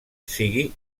sigui